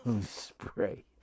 spray